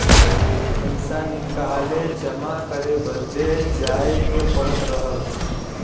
पइसा निकाले जमा करे बदे जाए के पड़त रहल